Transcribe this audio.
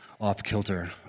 off-kilter